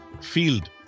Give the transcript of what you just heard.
field